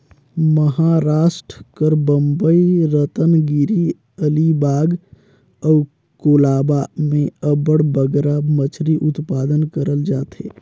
महारास्ट कर बंबई, रतनगिरी, अलीबाग अउ कोलाबा में अब्बड़ बगरा मछरी उत्पादन करल जाथे